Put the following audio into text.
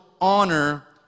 honor